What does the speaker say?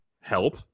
help